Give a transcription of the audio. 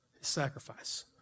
Sacrifice